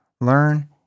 learn